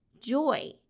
joy